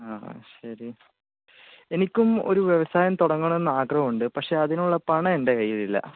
ആ ശരി എനിക്കും ഒരു വ്യവസായം തുടങ്ങണം എന്ന് ആഗ്രഹമുണ്ട് പക്ഷെ അതിനുള്ള പണം എൻ്റെ കയ്യിലില്ല